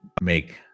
make